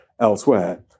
elsewhere